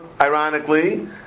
ironically